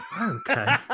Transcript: okay